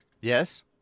Yes